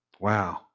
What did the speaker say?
Wow